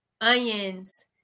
onions